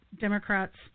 Democrats –